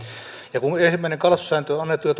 ja kun kun ensimmäinen kalastussääntö on annettu jo